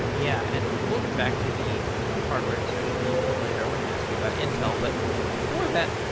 yeah, and we'll get back to the hardware discussion a little bit later. i want to ask you about intel. but before that,